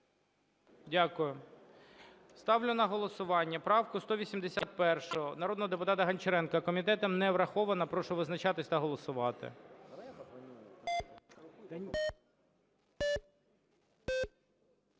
Дякую. Ставлю на голосування правку 181 народного депутата Гончаренка. Комітетом не враховано, прошу визначатися та голосувати.